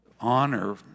honor